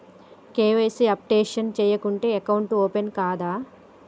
KYC updation చేయకుంటే account open కాదా?